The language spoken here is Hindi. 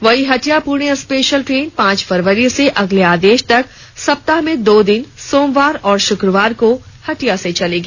वहीं हटिया पूणे स्पेशल ट्रेन पांच फरवरी से अगले आदेश तक सप्ताह में दो दिन सोमवार और शुकवार को हटिया से चलेगी